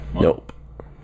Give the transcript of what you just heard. Nope